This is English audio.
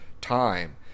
time